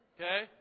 Okay